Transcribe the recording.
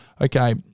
okay